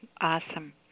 Awesome